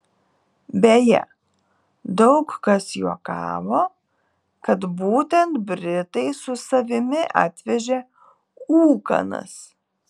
beje daug kas juokavo kad būtent britai su savimi atvežė ūkanas